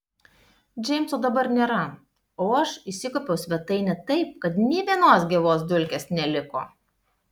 džeimso dabar nėra o aš išsikuopiau svetainę taip kad nė vienos gyvos dulkės neliko